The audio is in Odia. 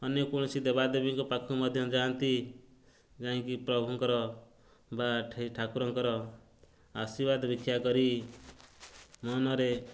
ଅନ୍ୟ କୌଣସି ଦେବାଦେବୀଙ୍କ ପାଖ ମଧ୍ୟ ଯାଆନ୍ତି ଯାଇକି ପ୍ରଭୁଙ୍କର ବା ଠାକୁରଙ୍କର ଆଶୀର୍ବାଦ ଭିକ୍ଷା କରି ମନରେ